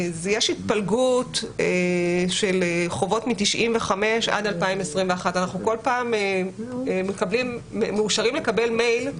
יש התפלגות של חובות מ-1995 עד 2021. אנחנו כל פעם מאושרים לקבל מייל,